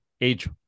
age